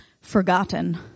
forgotten